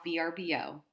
VRBO